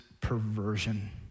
perversion